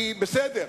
כי בסדר,